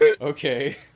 okay